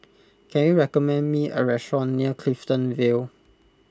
can you recommend me a restaurant near Clifton Vale